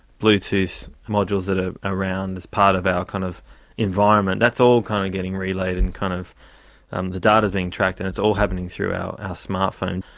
bluetooth modules that are around as part of our kind of environment, that's all kind of getting relayed and kind of um the data is being tracked and it's all happening through our smart phone.